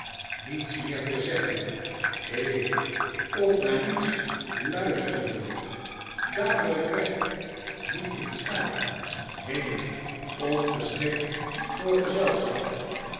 niets meer te zeggen he of naar niets luisteren dadelijk weg niet in staat he ongeschikt voor gezelschap